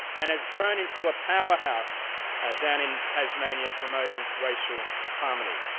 and has grown into a powerhouse down in tasmania promoting racial harmony.